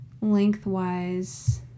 lengthwise